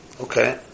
Okay